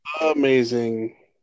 Amazing